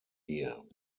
hier